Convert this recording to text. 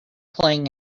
playing